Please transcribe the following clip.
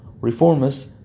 Reformists